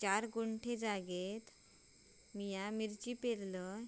चार गुंठे जागेत मी मिरची पेरलय